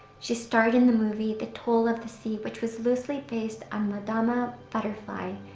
she starred in the movie the toll of the sea, which was loosely based on madama butterfly,